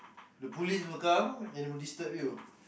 the police will come and will disturb you